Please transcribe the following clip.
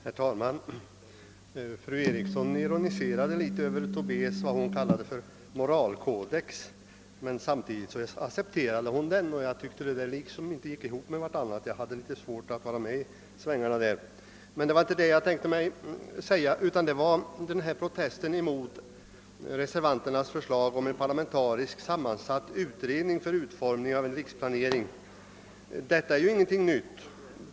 Herr talman! Fru Eriksson ironiserade något över vad hon kallade herr Tobés moralkodex, men samtidigt accepterade hon denna. Jag tyckte att det inte gick riktigt ihop. Anledningen till att jag begärde ordet var dock protesten mot reservanternas förslag om en parlamentariskt sammansatt utredning för utformningen av en riksplanering. Detta är ju inget nytt.